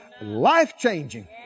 life-changing